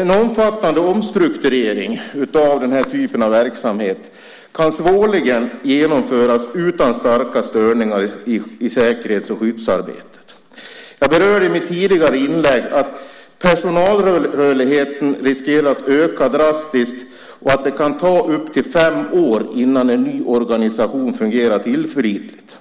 En omfattande omstrukturering av den här typen av verksamhet kan svårligen genomföras utan starka störningar i säkerhets och skyddsarbetet. Jag berörde i mitt tidigare inlägg att personalrörligheten riskerar att öka drastiskt och att det kan ta upp till fem år innan en ny organisation fungerar tillförlitligt.